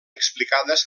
explicades